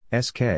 SK